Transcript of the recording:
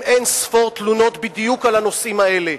אין-ספור תלונות בדיוק על הנושאים האלה.